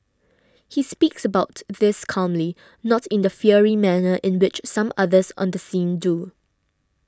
he speaks about this calmly not in the fiery manner in which some others on the scene do